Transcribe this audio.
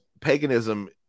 paganism